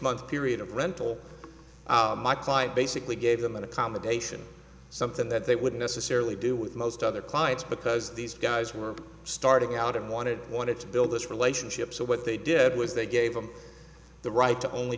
month period of rental my client basically gave them an accommodation something that they wouldn't necessarily do with most other clients because these guys were starting out and wanted wanted to build this relationship so what they did was they gave them the right to only